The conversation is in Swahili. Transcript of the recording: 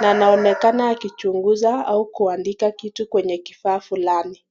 na anaonekana akichunguza au kuandika kitu kwenye kifaa fulani.